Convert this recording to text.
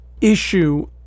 issue